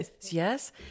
Yes